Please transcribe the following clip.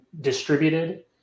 distributed